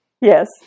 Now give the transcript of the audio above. yes